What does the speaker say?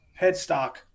headstock